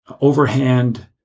overhand